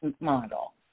Model